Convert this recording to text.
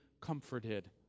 comforted